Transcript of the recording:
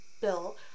bill